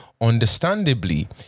understandably